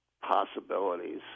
possibilities